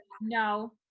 no